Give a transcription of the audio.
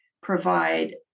provide